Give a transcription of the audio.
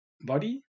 body